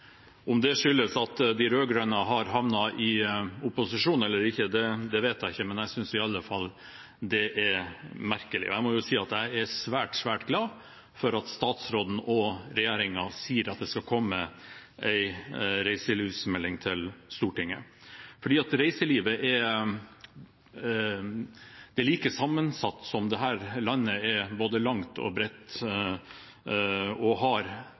Om det skyldes at de rød-grønne har havnet i opposisjon eller ikke, vet jeg ikke, men jeg synes i alle fall det er merkelig. Jeg må si at jeg er svært, svært glad for at statsråden og regjeringen sier at det skal komme en reiselivsmelding til Stortinget. For reiselivet er like sammensatt som dette landet er både langt og bredt, og har